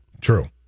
true